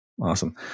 Awesome